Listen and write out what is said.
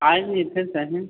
आहे मी इथेच आहे